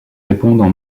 répondent